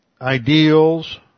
ideals